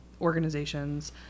organizations